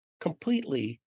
completely